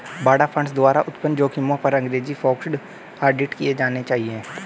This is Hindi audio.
बाड़ा फंड्स द्वारा उत्पन्न जोखिमों पर अंग्रेजी फोकस्ड ऑडिट किए जाने चाहिए